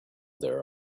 there